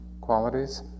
qualities